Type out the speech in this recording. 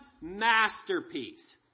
masterpiece